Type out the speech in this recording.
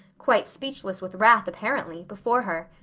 quite speechless with wrath apparently, before her.